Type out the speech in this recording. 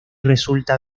resulta